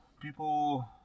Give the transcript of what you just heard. people